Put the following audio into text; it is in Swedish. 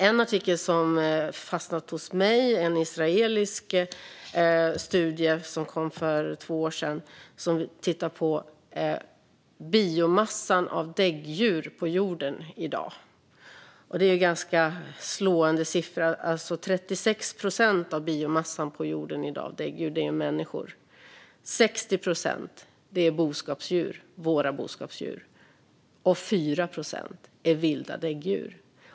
En artikel som har fastnat hos mig är en israelisk studie som kom för två år sedan. Där tittade man på biomassan av däggdjur på jorden i dag. Det är ganska slående siffror. 36 procent av biomassan för jordens däggdjur i dag utgörs av människor, 60 procent är våra boskapsdjur och bara 4 procent är vilda däggdjur.